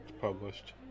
published